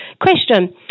Question